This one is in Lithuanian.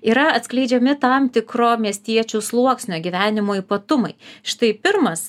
yra atskleidžiami tam tikro miestiečių sluoksnio gyvenimo ypatumai štai pirmas